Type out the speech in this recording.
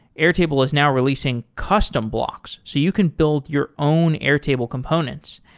airtable is now releasing custom blocks so you can build your own airtable components.